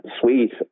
suite